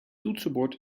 toetsenbord